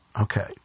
Okay